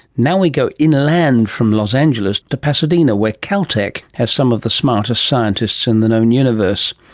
now we go inland from los angeles to pasadena where caltech has some of the smartest scientists in the known universe.